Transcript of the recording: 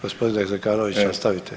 Gospodine Zekanović nastavite.